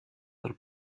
del